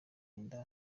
inda